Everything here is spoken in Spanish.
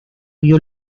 dio